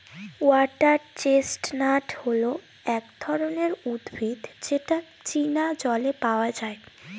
water chestnut হচ্ছে এক ধরনের উদ্ভিদ যেটা চীনা জলে পাওয়া যায়